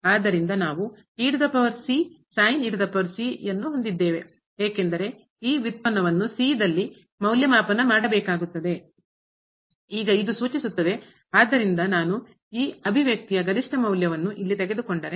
ಆದ್ದರಿಂದ ನಾವು ಏಕೆಂದರೆ ಈ ವ್ಯುತ್ಪನ್ನವನ್ನು c ದಲ್ಲಿ ಮೌಲ್ಯಮಾಪನ ಮಾಡಬೇಕಾಗುತ್ತದೆ ಈಗ ಇದು ಸೂಚಿಸುತ್ತದೆ ಆದ್ದರಿಂದ ನಾನು ಈ ಅಭಿವ್ಯಕ್ತಿಯ ಗರಿಷ್ಠ ಮೌಲ್ಯವನ್ನು ಇಲ್ಲಿ ತೆಗೆದುಕೊಂಡರೆ